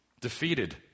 Defeated